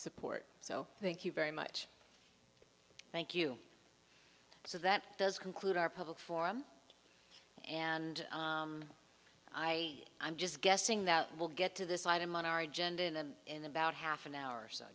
support so thank you very much thank you so that does conclude our public forum and i i'm just guessing that will get to this item on our agenda and in about half an hour or so